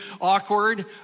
awkward